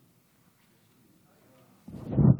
ושוב,